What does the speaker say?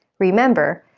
remember,